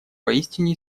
поистине